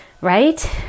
right